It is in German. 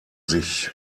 sich